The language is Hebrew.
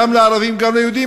גם לערבים וגם ליהודים,